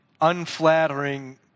unflattering